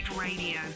radio